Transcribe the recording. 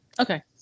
Okay